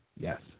Yes